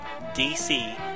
DC